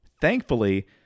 thankfully